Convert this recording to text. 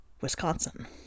Wisconsin